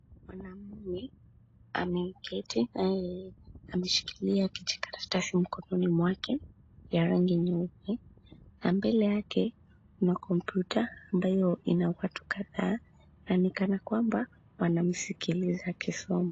Mwanaume ameketi naye ameshikilia kijikaratasi mkononi mwake ya rangi nyeupe, na mbele yake kuna kompyuta ambayo ina watu kadhaa na ni kana kwamba wanamsikiliza akisoma.